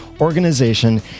organization